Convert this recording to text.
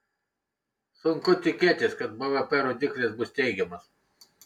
sunku tikėtis kad bvp rodiklis bus teigiamas